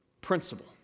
principle